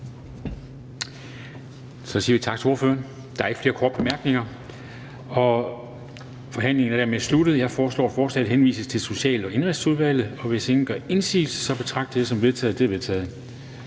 Så siger vi tak til ordføreren. Der er ikke flere korte bemærkninger, og forhandlingen er dermed sluttet. Jeg foreslår, at forslaget til folketingsbeslutning henvises til Social- og Indenrigsudvalget. Hvis ingen gør indsigelse, betragter jeg det som vedtaget. Det er vedtaget.